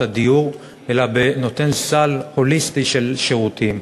הדיור אלא נותן סל הוליסטי של שירותים.